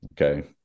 Okay